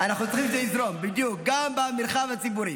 אנחנו צריכים שזה יזרום, בדיוק, גם במרחב הציבורי.